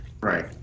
Right